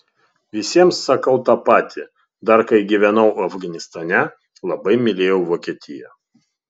visiems sakau tą patį dar kai gyvenau afganistane labai mylėjau vokietiją